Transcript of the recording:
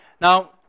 Now